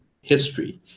history